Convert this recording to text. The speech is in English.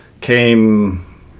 came